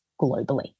globally